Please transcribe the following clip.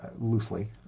loosely